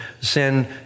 sin